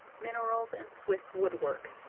minerals and swiss wood-work,